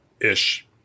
ish